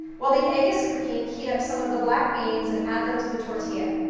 while the egg is cooking, heat up some of the black beans and add them to the tortilla.